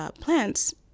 plants